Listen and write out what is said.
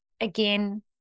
again